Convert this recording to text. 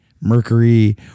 mercury